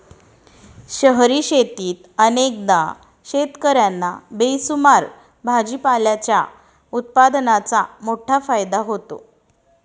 शहरी शेतीत अनेकदा शेतकर्यांना बेसुमार भाजीपाल्याच्या उत्पादनाचा मोठा फायदा होतो